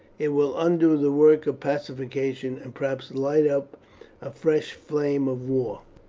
it will undo the work of pacification, and perhaps light up a fresh flame of war.